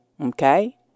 Okay